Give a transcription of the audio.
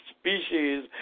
species